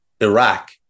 Iraq